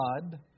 God